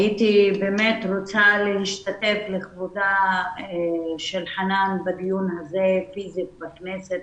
הייתי באמת רוצה להשתתף לכבודה של חנאן בדיון הזה פיזית בכנסת,